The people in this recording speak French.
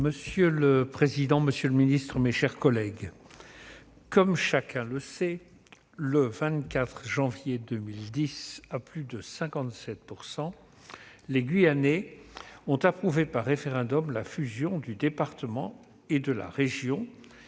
Monsieur le président, monsieur le ministre, mes chers collègues, comme chacun le sait, le 24 janvier 2010, à plus de 57 %, les Guyanais ont approuvé par référendum la fusion du département et de la région